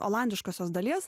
olandiškosios dalies